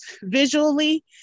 visually